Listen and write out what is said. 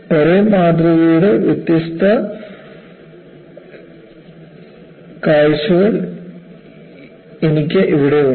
ഒരേ മാതൃകയുടെ വ്യത്യസ്ത കാഴ്ചകളുണ്ട്